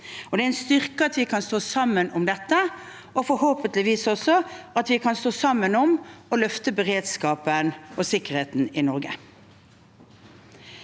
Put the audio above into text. Det er en styrke at vi kan stå sammen om dette, og forhåpentligvis også at vi kan stå sammen om å løfte beredskapen og sikkerheten i Norge.